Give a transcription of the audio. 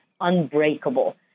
unbreakable